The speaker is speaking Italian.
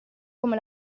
come